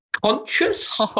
conscious